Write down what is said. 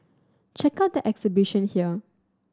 check out the exhibition here